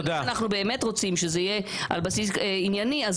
אם אנחנו באמת רוצים שזה יהיה על בסיס ענייני אז